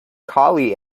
collie